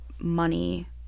money